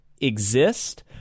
exist